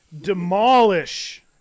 Demolish